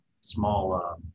small